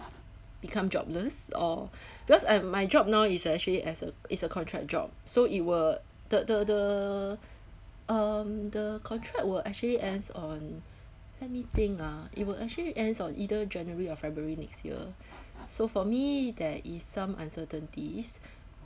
become jobless or because um my job now is actually as a is a contract job so it were the the the um the contract will actually ends on let me think ah it will actually ends on either january or february next year so for me there is some uncertainties